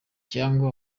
cyangwa